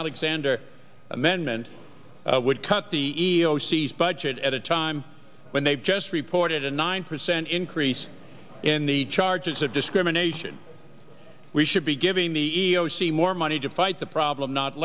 alexander amendment which cut the o c s budget at a time when they've just reported a nine percent increase in the charges of discrimination we should be giving the o c more money to fight the problem not